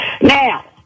Now